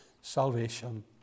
salvation